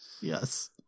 Yes